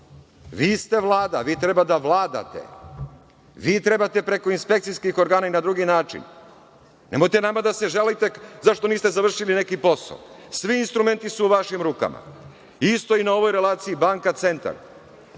Vi ste Vlada, vi treba da vladate. Vi trebate preko inspekcijskih organa i na drugi način. Nemojte nama da se žalite zašto niste završili neki posao. Svi instrumenti su u vašim rukama. Isto i na ovoj relaciji banka-centar,